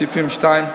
סעיפים 2(2),